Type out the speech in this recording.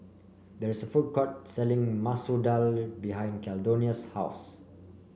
there is a food court selling Masoor Dal behind Caldonia's house